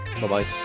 Bye-bye